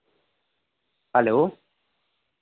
hello